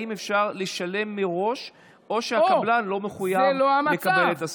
אם אפשר לשלם מראש או שהקבלן לא מחויב לקבל את הסכום.